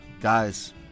guys